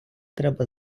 треба